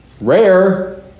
RARE